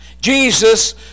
Jesus